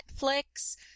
Netflix